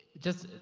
just,